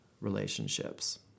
relationships